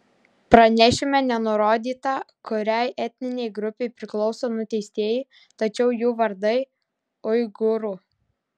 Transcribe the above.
pranešime nenurodyta kuriai etninei grupei priklauso nuteistieji tačiau jų vardai uigūrų